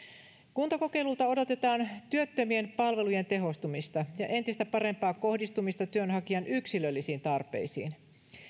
kuntakokeiluilta odotetaan työttömien palvelujen tehostumista ja entistä parempaa kohdistumista työnhakijan yksilöllisiin tarpeisiin